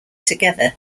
together